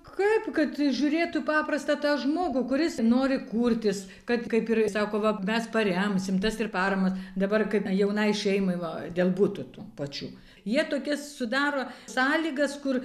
kaip kad įžiūrėtų paprastą tą žmogų kuris nori kurtis kad kaip ir sako va mes paremsim tas ir parama dabar kad jaunai šeimai va o dėl butų pačių jie tokias sudaro sąlygas kur